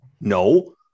no